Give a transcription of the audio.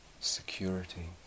security